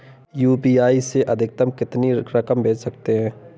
UPI से अधिकतम कितनी रकम भेज सकते हैं?